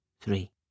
three